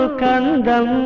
kandam